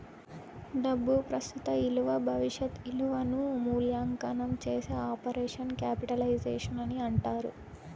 డబ్బు ప్రస్తుత ఇలువ భవిష్యత్ ఇలువను మూల్యాంకనం చేసే ఆపరేషన్ క్యాపిటలైజేషన్ అని అంటారు